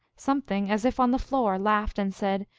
something, as if on the floor, laughed, and said,